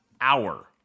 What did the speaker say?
hour